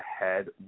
ahead